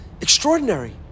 extraordinary